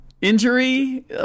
injury